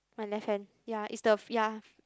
my left hand ya is the ya